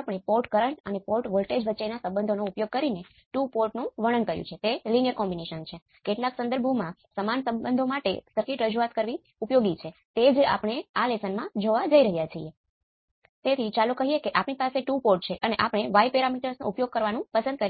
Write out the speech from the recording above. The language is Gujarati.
આપણે અગાઉ ઓપ એમ્પ ખૂબ જ ઉંચો હોય છે અને આ પાઠમાં આપણે જ્યાં A0 એ ∞ સુધી જાય તે મર્યાદામાં આ સર્કિટનો અભ્યાસ